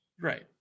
Right